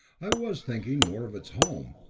i was thinking more of its home,